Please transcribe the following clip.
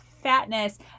fatness